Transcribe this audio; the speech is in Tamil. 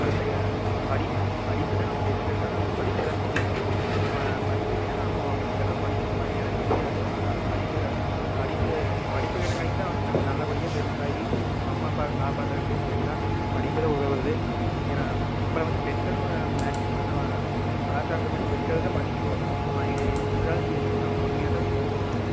படிப்பு படிப்புதான் நமக்கு எதுக்கு எடுத்தாலும் நமக்கு படிப்புதான் முக்கியம் படிப்பு இல்லைன்னா நம்ம இந்தளவுக்கு வந்துயிருப்போமா இல்லையானே தெரியாது அதனால் படிப்புதான் படிப்பு படிப்பு வந்து நம்ப நல்லபடியாக பெருசாகி அம்மா அப்பாவை காப்பாற்றதறதுக்கு இது எல்லாத்துக்குமே படிப்புதான் உதவுது அப்புறம் வந்து பெண்களும் மேக்ஸிமம் நான் கலாச்சாரத்துமாதிரி பெண்கள்தான் மதிக்கதோ அவங்க என்ன செஞ்சாலும் சரி நம்ப பொறுமையாகதான் போகணும்